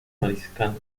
mariscal